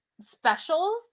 specials